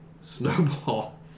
Snowball